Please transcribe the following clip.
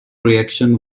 reaction